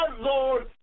Lord